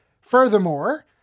Furthermore